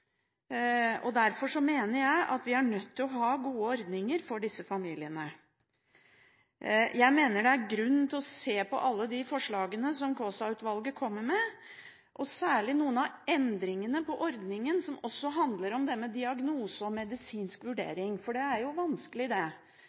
valg. Derfor mener jeg at vi er nødt til å ha gode ordninger for disse familiene. Jeg mener det er grunn til å se på alle de forslagene som Kaasa-utvalget kommer med, og særlig noen av endringene i ordningen, som også handler om det med diagnose og medisinsk vurdering. For det er jo vanskelig å vurdere hva som er alvorlig nok, og det